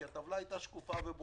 כי הטבלה היתה שקופה וברורה,